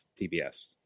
TBS